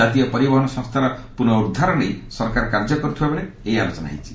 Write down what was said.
ଜାତୀୟ ପରିବହନ ସଂସ୍ଥାର ପୁନଃରୁଦ୍ଧାର ନେଇ ସରକାର କାର୍ଯ୍ୟ କରୁଥିବାବେଳେ ଏହି ଆଲୋଚନା ହୋଇଛି